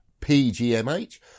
pgmh